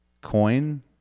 Coin